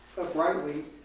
uprightly